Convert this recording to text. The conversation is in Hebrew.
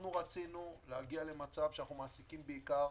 אנחנו רצינו להגיע למצב שאנחנו מעסיקים בעיקר